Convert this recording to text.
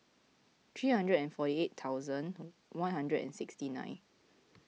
three hundred and forty eight thousand one hundred and sixty nine